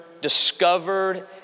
discovered